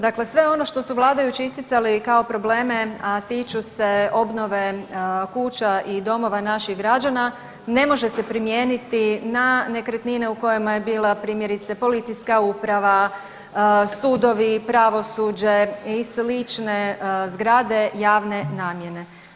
Dakle, sve ono što su vladajući isticali kao probleme, a tiču se obnove kuća i domova naših građana ne može se primijeniti na nekretnine u kojima je bila primjerice policijska uprava, sudovi, pravosuđe i slične zgrade javne namjene.